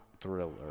Thriller